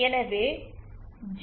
எனவே ஜி